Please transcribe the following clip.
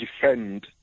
defend